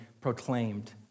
proclaimed